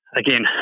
again